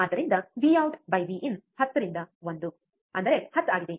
ಆದ್ದರಿಂದ V out V in Vout Vin 10 ರಿಂದ 1 ಅಂದರೆ 10 ಆಗಿದೆ